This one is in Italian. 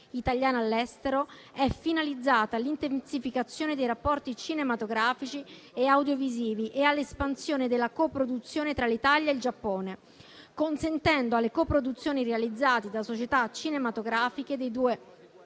italiana all'estero, è finalizzata all'intensificazione dei rapporti cinematografici e audiovisivi e all'espansione della coproduzione tra l'Italia e il Giappone, consentendo alle coproduzioni realizzate da società cinematografiche dei due